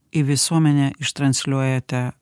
į visuomenę ištransliuojate